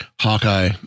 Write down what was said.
Hawkeye